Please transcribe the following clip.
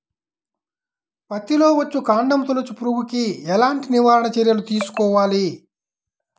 పత్తిలో వచ్చుకాండం తొలుచు పురుగుకి ఎలాంటి నివారణ చర్యలు తీసుకోవాలి?